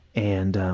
and